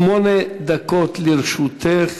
שמונה דקות לרשותך.